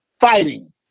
fighting